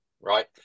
right